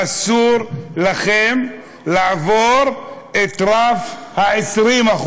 אסור לכם לעבור את רף ה-20%.